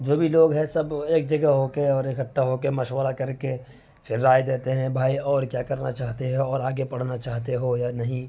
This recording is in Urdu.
جو بھی لوگ ہے سب ایک جگہ ہوکے اور اکٹّھا ہو کے مشورہ کرکے پھر رائے دیتے ہیں بھائی اور کیا کرنا چاہتے ہو اور آگے پڑھنا چاہتے ہو یا نہیں